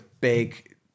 big